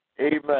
Amen